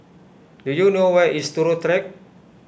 do you know where is Turut Track